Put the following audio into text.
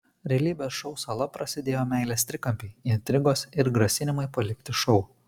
realybės šou sala prasidėjo meilės trikampiai intrigos ir grasinimai palikti šou